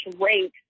rate